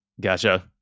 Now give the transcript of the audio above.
Gotcha